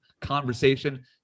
conversation